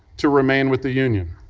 to remain with the union.